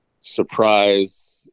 surprise